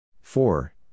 four